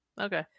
okay